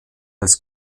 als